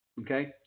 Okay